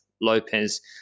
Lopez